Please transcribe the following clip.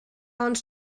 ond